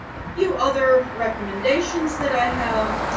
a few other recommendations that i have.